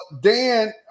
Dan